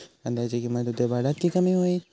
कांद्याची किंमत उद्या वाढात की कमी होईत?